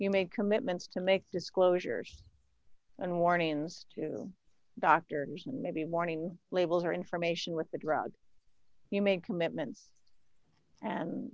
you made commitments to make disclosures and warnings to doctor and maybe warning labels or information with the drug you made commitments and